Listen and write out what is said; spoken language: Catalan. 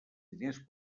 diners